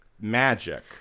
magic